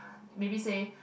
maybe say